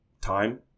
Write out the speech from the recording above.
time